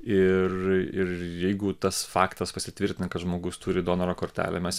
ir ir jeigu tas faktas pasitvirtina kad žmogus turi donoro kortelę mes